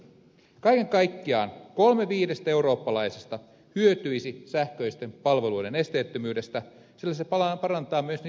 kaiken kaikkiaan kolme viidestä eurooppalaisesta hyötyisi sähköisten palveluiden esteettömyydestä sillä se parantaa myös niiden yleistä käytettävyyttä